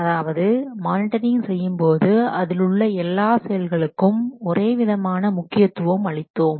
அதாவது மானிட்டரிங் செய்யும்போது அதிலுள்ள எல்லா செயல்களுக்கும் ஒரே விதமான முக்கியத்துவம் அளித்தோம்